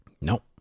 Nope